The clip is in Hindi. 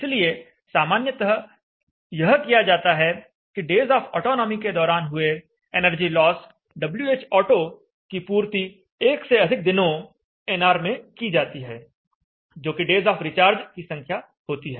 इसलिए सामान्यतः यह किया जाता है कि डेज ऑफ अटोनोमी के दौरान हुए एनर्जी लॉस Whauto की पूर्ति एक से अधिक दिनों nr में की जाती है जोकि डेज ऑफ रिचार्ज की संख्या होती है